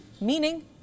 meaning